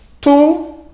two